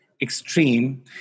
Extreme